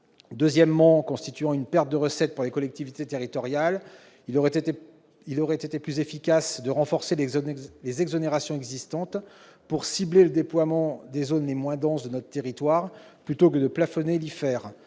Deuxièmement, ces dispositions imposeraient une perte de recettes pour les collectivités territoriales. Il aurait été plus efficace de renforcer les exonérations existantes pour cibler le déploiement des zones les moins denses de notre territoire plutôt que de plafonner l'IFER.